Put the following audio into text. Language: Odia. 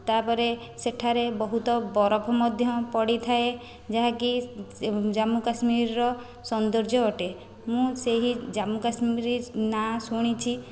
ତା'ପରେ ସେଠାରେ ବହୁତ ବରଫ ମଧ୍ୟ ପଡ଼ିଥାଏ ଯାହାକି ଜାମ୍ମୁ କାଶ୍ମୀରର ସୌନ୍ଦର୍ଯ୍ୟ ଅଟେ ମୁଁ ସେହି ଜାମ୍ମୁ କାଶ୍ମୀର ନା ଶୁଣିଛି